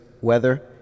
weather